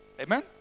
Amen